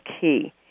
key